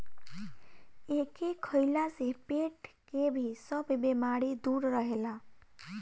एके खइला से पेट के भी सब बेमारी दूर रहेला